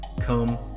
come